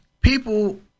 people